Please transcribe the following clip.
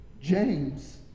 James